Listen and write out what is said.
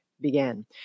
began